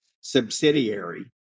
subsidiary